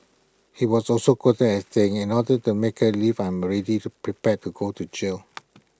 he was also quoted as saying in order to make her leave I'm already to prepared to go to jail